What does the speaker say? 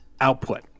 output